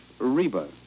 Reba